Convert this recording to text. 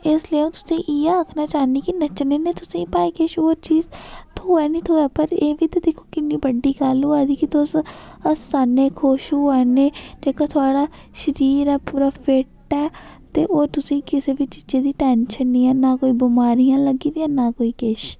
इस लिहाज कन्नै इ'यै आखना चाह्न्नीं कि नच्चने नै तुसेंगी भाएं किश होर चीज़ थ्होऐ निं थ्होऐ एह्बी ते दिक्खो कि कि'न्नी बड्डी गल्ल होआ दी कि तुस हस्सा ने खुश होआ ने ते जेह्का थोह्ड़ा शरीर ऐ पूरा फिट ऐ ते ओह् तुसेंगी किसै बी चीज़ै दी टेंशन निं ऐ ते ना कोई बमारियां लग्गी दियां ना कोई किश